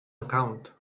account